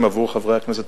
אני מודה לחבר הכנסת